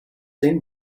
been